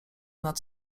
nad